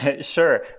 Sure